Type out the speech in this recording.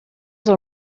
del